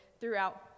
throughout